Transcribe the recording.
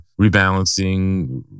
rebalancing